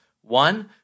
One